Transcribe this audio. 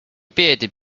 bearded